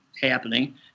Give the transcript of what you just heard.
happening